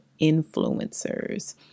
influencers